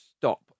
Stop